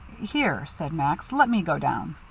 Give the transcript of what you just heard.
here, said max, let me go down.